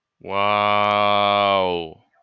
Wow